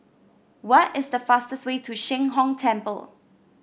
what is the fastest way to Sheng Hong Temple